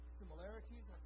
similarities